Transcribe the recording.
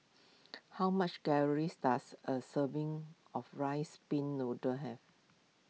how much calories does a serving of Rice Pin Noodles have